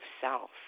self